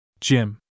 Jim